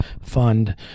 fund